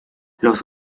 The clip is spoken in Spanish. los